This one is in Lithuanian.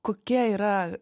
kokia yra